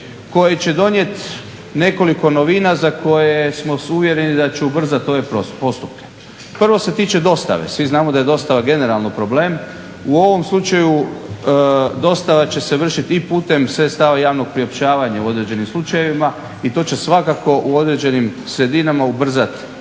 koje će donijet nekoliko novina za koje smo uvjereni da će ubrzat ove postupke. Prvo se tiče dostave, svi znamo da je dostava generalno problem. U ovom slučaju dostava će se vršiti i putem sredstava javnog priopćavanja u određenim slučajevima i to će svakako u određenim sredinama ubrzat